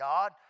God